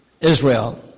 Israel